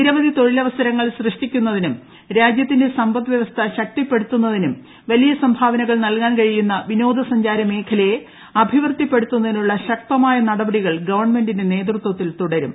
നിരവധി തൊഴിലവസരങ്ങൾ സൃഷ്ടിക്കുന്നതിനും രാജ്യത്തിന്റെ സമ്പദ് വ്യവസ്ഥ ശക്തിപ്പെടുത്തുന്നതിനും വലിയ സംഭാവനകൾ നൽകാൻ കഴിയുന്ന വിനോദ സഞ്ചാര മേഖലയെ അഭിവൃദ്ധിപ്പെടുത്തുന്നതിനുള്ള ശക്തമായ നടപടികൾ ഗവൺമെന്റിന്റെ നേതൃത്വത്തിൽ തുടരും